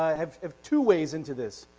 have two ways into this.